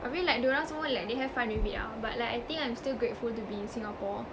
habis like dia orang semua like they have fun with it ah but like I think I'm still grateful to be in singapore